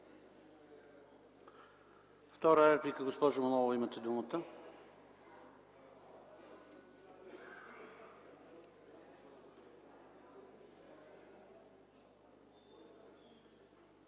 Втора реплика – госпожо Манолова, имате думата.